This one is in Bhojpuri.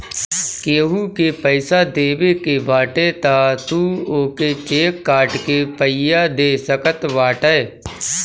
केहू के पईसा देवे के बाटे तअ तू ओके चेक काट के पइया दे सकत बाटअ